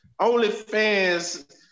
OnlyFans